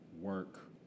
work